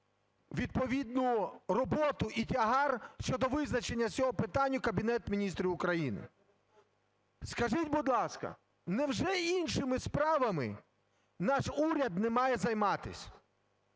відповідну роботу і тягар щодо визначення цього питання Кабінету Міністрів України. Скажіть, будь ласка, невже іншими справами наш уряд не має займатись?